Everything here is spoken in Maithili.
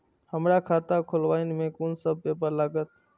हमरा खाता खोलाबई में कुन सब पेपर लागत?